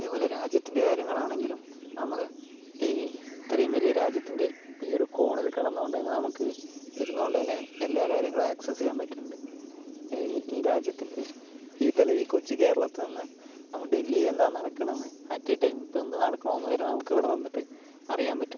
അതേപോലെ രാജ്യത്തിൻ്റെ കാര്യങ്ങളാണെങ്കിലും നമ്മള് ഈ ഇത്രയും വലിയ രാജ്യത്തിൻ്റെ കോണിൽ കിടന്നുകൊണ്ടുതന്നെ നമുക്ക് ഇരുന്നുകൊണ്ടുതന്നെ എല്ലാ കാര്യങ്ങളും ആക്സസ് ചെയ്യാൻ പറ്റുന്നുണ്ട് ഈ രാജ്യത്തിൻ്റെ ഈ തല കൊച്ചു കേരളത്തിൽനിന്ന് നമ്മളുടെ ഡൽഹിയിലെന്താ നടക്കണതെന്ന് അറ്റ് എ ടൈം ഇപ്പോൾ എന്താ നടക്കണതെന്ന് നമുക്കിവിടെ നിന്നിട്ട് അറിയാൻ പറ്റും